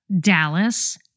Dallas